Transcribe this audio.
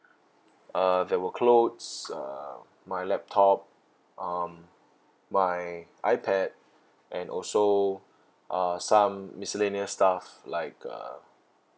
uh there were clothes uh my laptop um my ipad and also uh some miscellaneous stuff like uh